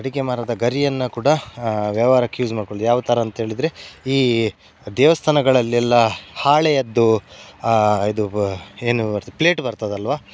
ಅಡಿಕೆ ಮರದ ಗರಿಯನ್ನು ಕೂಡ ವ್ಯವಹಾರಕ್ಕೆ ಯೂಸ್ ಮಾಡಿಕೊಳ್ತೇವೆ ಯಾವಥರ ಅಂತೇಳಿದರೆ ಈ ದೇವಸ್ಥಾನಗಳಲ್ಲೆಲ್ಲ ಹಾಳೆಯದ್ದು ಇದು ಏನು ಪ್ಲೇಟ್ ಬರ್ತದಲ್ವಾ